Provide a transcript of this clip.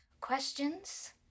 questions